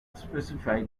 specify